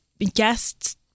Guests